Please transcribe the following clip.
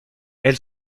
elle